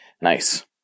nice